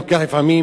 הוא לוקח לפעמים